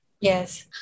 Yes